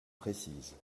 précises